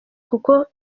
kuko